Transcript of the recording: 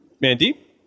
Mandy